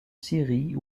syrie